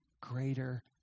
greater